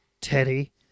Teddy